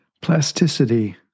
Plasticity